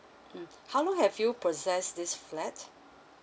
mm how long have you possessed this flat